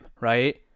right